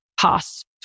past